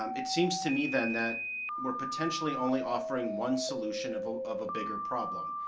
um it seems to me then that we're potentially only offering one solution of ah of a bigger problem.